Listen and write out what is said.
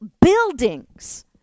buildings